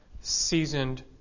seasoned